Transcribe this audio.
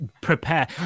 prepare